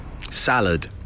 salad